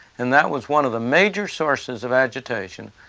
and that was one of the major sources of agitation,